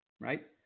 right